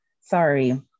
Sorry